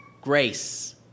grace